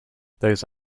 those